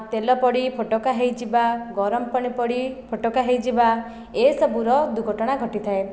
ତେଲ ପଡ଼ି ଫୋଟକା ହୋଇଯିବା ଗରମ ପାଣି ପଡ଼ି ଫୋଟକା ହୋଇଯିବା ଏସବୁର ଦୁର୍ଘଟଣା ଘଟିଥାଏ